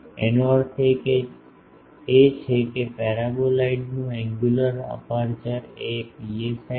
એનો અર્થ એ છે કે પેરાબોલાઇડ નું એન્ગ્યુલર અપેર્ચર એ પીએસઆઈ છે